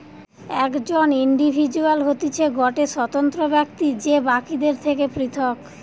একজন ইন্ডিভিজুয়াল হতিছে গটে স্বতন্ত্র ব্যক্তি যে বাকিদের থেকে পৃথক